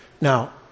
Now